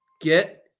Get